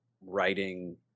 writing